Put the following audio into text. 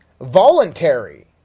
voluntary